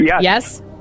Yes